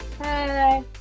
Hi